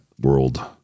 world